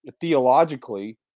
theologically